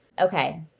Okay